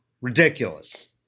Ridiculous